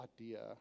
idea